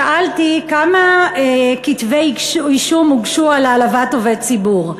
שאלתי כמה כתבי אישום הוגשו על העלבת עובד ציבור,